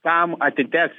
kam atiteks